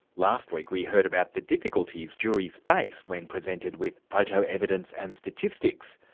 last week we heard about the difficulties juries face when presented with photo evidence and statistics.